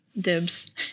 dibs